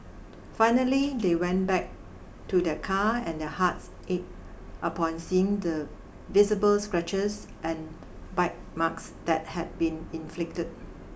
finally they went back to their car and their hearts ache upon seeing the visible scratches and bite marks that had been inflicted